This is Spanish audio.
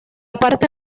parte